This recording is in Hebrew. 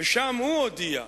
ושם הוא הודיע שהוא,